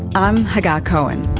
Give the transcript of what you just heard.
i'm hagar cohen